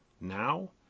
now